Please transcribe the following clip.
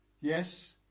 Yes